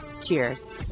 Cheers